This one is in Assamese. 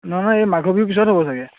নহয় নহয় এই মাঘ বিহুৰ পিছত হ'ব চাগে